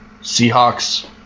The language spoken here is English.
Seahawks